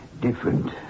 Different